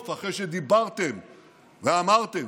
סוף-סוף, אחרי שדיברתם ואמרתם,